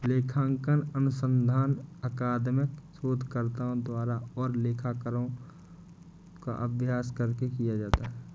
लेखांकन अनुसंधान अकादमिक शोधकर्ताओं द्वारा और लेखाकारों का अभ्यास करके किया जाता है